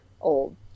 old